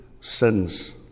sins